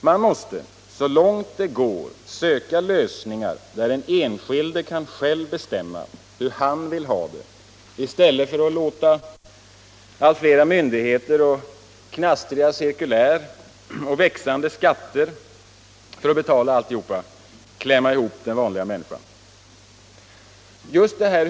Man måste, så långt det går, söka lösningar där den enskilde själv kan bestämma hur han vill ha det i stället för att låta allt flera myndigheter, knastriga cirkulär och växande skatter för att betala alltihop sätta den vanliga människan i kläm.